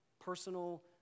personal